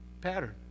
Pattern